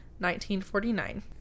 1949